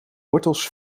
wortels